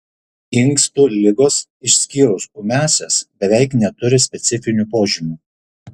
inkstų ligos išskyrus ūmiąsias beveik neturi specifinių požymių